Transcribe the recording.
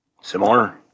similar